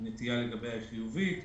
הנטייה לגביה היא חיובית.